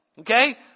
Okay